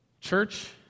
Church